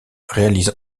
réalise